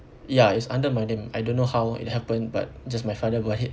ya it's under my name I don't know how it happened but just my father go ahead